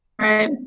Right